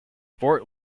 fort